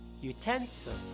Utensils